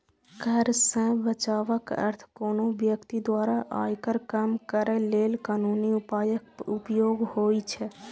कर सं बचावक अर्थ कोनो व्यक्ति द्वारा आयकर कम करै लेल कानूनी उपायक उपयोग होइ छै